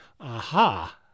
aha